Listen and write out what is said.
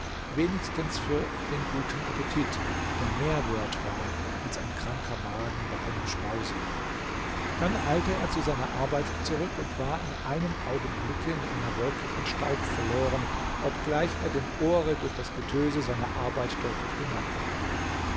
wenigstens für den guten appetit der mehr wert war als ein kranker magen bei einem schmause dann eilte er zu seiner arbeit zurück und war in einem augenblicke in einer wolke von staub verloren obgleich er dem ohre durch das getöse seiner arbeit deutlich bemerkbar blieb